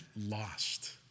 lost